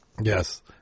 Yes